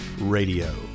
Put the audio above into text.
Radio